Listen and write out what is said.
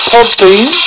Podbean